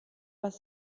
was